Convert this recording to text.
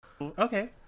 Okay